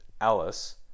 Alice